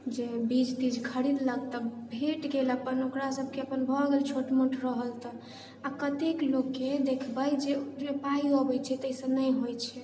जे बीज तीज खरीदलक तऽ भेट गेल अपन ओकरा सबके अपन भए गेल छोट मोट रहल तऽ आ कतेक लोककेँ देखबै जे पाइ अबैत छै ताहिसँ नहि होइत छै